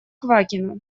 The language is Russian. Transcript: квакина